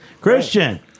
christian